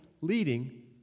leading